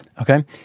Okay